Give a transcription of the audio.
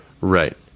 Right